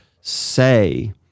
say